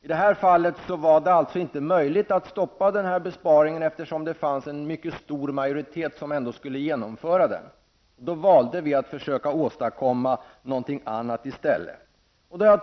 I det här fallet var det alltså inte möjligt att stoppa denna besparing, eftersom det fanns en stor majoritet som ändå skulle genomföra den. Då valde vi att försöka åstadkomma någonting annat i stället.